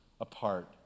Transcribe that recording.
apart